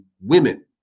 women